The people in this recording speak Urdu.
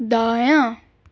دایاں